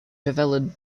developed